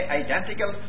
identical